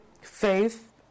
faith